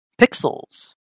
Pixels